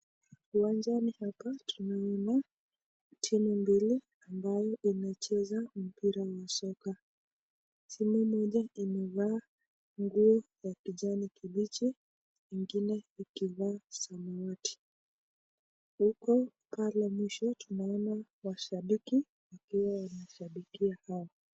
Uwanjani huku tunaona timu mbili ambayo inacheza mpira wa soka. Shule moja imevaa nguo ya kijani kibichi na ingine ikivaa samawati ,huku pale mwisho tukiona shabiki akiwa anashabikia timu yao.